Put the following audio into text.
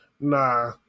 Nah